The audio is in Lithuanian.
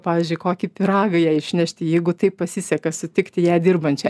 pavyzdžiui kokį pyragą jai išnešti jeigu taip pasiseka sutikti ją dirbančią